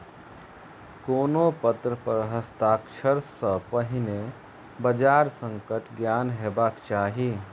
कोनो पत्र पर हस्ताक्षर सॅ पहिने बजार संकटक ज्ञान हेबाक चाही